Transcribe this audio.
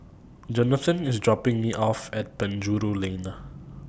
Jonathan IS dropping Me off At Penjuru Lane Na